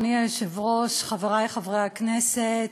אדוני היושב-ראש, חברי חברי הכנסת,